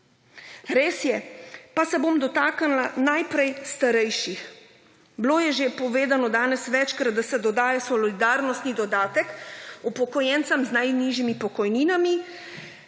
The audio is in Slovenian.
Pa se bom dotaknila najprej starejših. Bilo je že povedano danes večkrat, da se dogaja solidarnostni dodatek upokojencem z najnižjimi pokojninami,